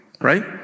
Right